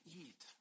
eat